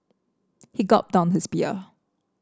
he gulped down his beer